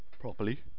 properly